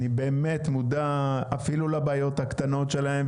אני מודע אפילו לבעיות הקטנות שלהם,